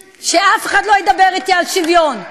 שאף אחד לא ידבר אתי על שוויון.